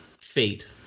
fate